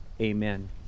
amen